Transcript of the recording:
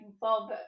Bob